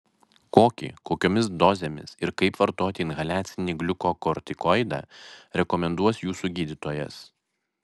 kokį kokiomis dozėmis ir kaip vartoti inhaliacinį gliukokortikoidą rekomenduos jūsų gydytojas